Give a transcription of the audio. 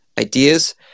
ideas